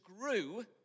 grew